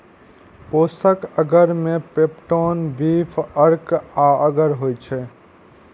पोषक अगर मे peptone, beef अर्क आ अगर होइ छै